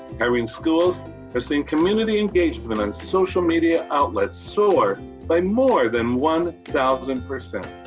kyrene schools have seen community engagement on social media outlets soar by more than one thousand percent.